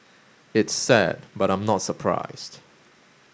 it's sad but I'm not surprised